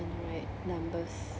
like numbers